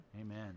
Amen